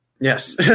yes